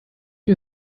you